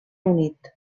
unit